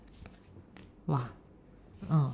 !wah! oh